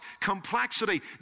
complexity